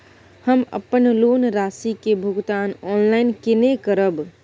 हम अपन लोन राशि के भुगतान ऑनलाइन केने करब?